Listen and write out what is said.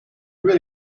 über